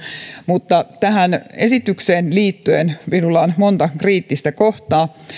tähän esitykseen liittyen minulla on monta kriittistä kohtaa